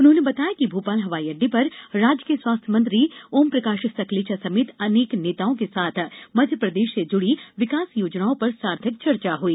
उन्होंने बताया कि भोपाल हवाई अड्डे पर राज्य के स्वास्थ्य मंत्री ओमप्रकाश सखलेचा समेत अनेक नेताओं के साथ मध्य प्रदेश से जुड़ी विकास योजनाओं पर सार्थक चर्चा हुई